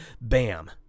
Bam